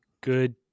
Good